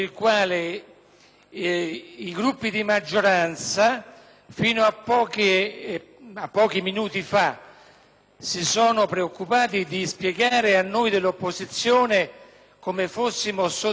si sono preoccupati di spiegare a noi dell'opposizione come fossimo sottilmente e sostanzialmente distanti e contrari rispetto alle posizioni della Chiesa